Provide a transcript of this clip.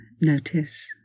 notice